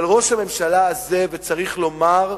אבל ראש הממשלה הזה, וצריך לומר,